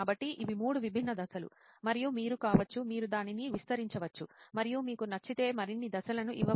కాబట్టి ఇవి మూడు విభిన్న దశలు మరియు మీరు కావచ్చు మీరు దానిని విస్తరించవచ్చు మరియు మీకు నచ్చితే మరిన్ని దశలను ఇవ్వవచ్చుకానీ ఇది కనీస స్థాయి